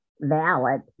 valid